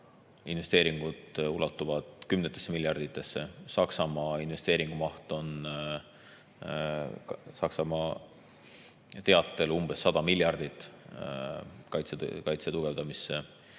investeeringud ulatuvad kümnetesse miljarditesse, Saksamaa investeerib Saksamaa teatel 100 miljardit kaitse tugevdamisse.